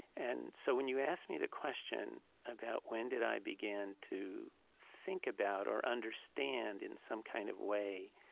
and so when you ask me the question about when did i begin to think about or understand, in some kind of way,